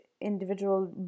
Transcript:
individual